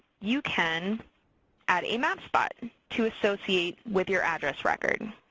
you can add a mapspot to associate with your address record.